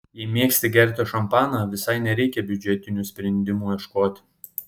jei mėgsti gerti šampaną visai nereikia biudžetinių sprendimų ieškoti